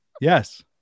Yes